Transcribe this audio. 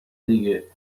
دیگه